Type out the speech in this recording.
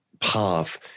path